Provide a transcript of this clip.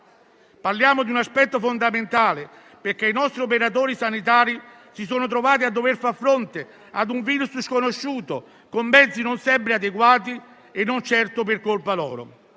Parliamo di un aspetto fondamentale, perché i nostri operatori sanitari si sono trovati a dover far fronte ad un virus sconosciuto, con mezzi non sempre adeguati e non certo per colpa loro.